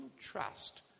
trust